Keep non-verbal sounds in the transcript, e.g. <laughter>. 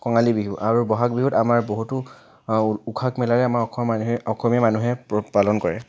কঙালী বিহু আৰু বহাগ বিহুত আমাৰ বহুতো <unintelligible> মেলাৰে আমাৰ অসমৰ মানুহে অসমীয়া মানুহে প পালন কৰে